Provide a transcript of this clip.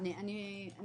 אנחנו